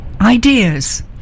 ideas